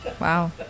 Wow